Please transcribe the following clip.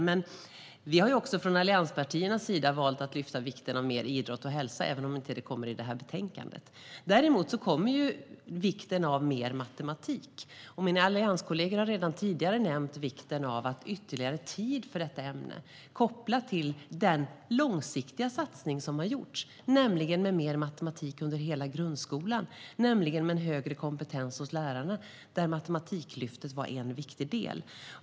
Men från allianspartiernas sida har vi valt att lyfta upp vikten av mer idrott och hälsa, även om det inte kommer i det här betänkandet. Däremot tas vikten av mer matematik upp. Mina allianskollegor har redan tidigare nämnt vikten av ytterligare tid för detta ämne, kopplat till den långsiktiga satsning som har gjorts, nämligen med mer matematik under hela grundskolan och med en högre kompetens hos lärarna, där Matematiklyftet var en viktig del.